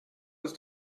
ist